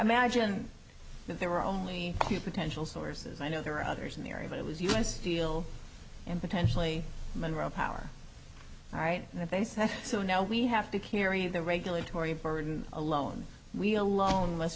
i magine that there were only a few potential sources i know there are others in the area but it was us steel and potentially monroe power right and they said so now we have to carry the regulatory burden alone we alone must